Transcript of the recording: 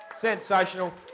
Sensational